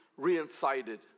reincited